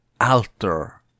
alter